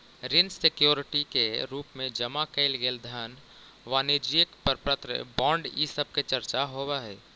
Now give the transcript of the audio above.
ऋण सिक्योरिटी के रूप में जमा कैइल गेल धन वाणिज्यिक प्रपत्र बॉन्ड इ सब के चर्चा होवऽ हई